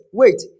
wait